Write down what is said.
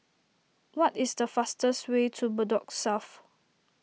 what is the fastest way to Bedok South